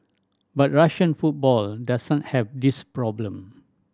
but Russian football does not have this problem